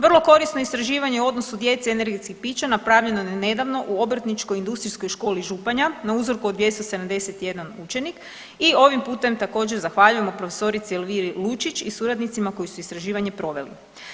Vrlo korisno istraživanje u odnosu djece i energetskih pića napravljeno je nedavno u Obrtničko-industrijskoj školi Županja na uzorku od 271 učenik i ovim putem također zahvaljujemo profesorici Elviri Lučić i suradnicima koji su istraživanje proveli.